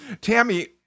Tammy